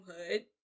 hood